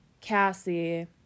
Cassie